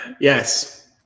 Yes